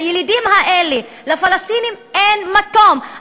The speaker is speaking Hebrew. לילידים האלה, לפלסטינים, אין מקום.